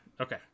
Okay